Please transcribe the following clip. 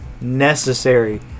necessary